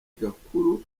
gakuru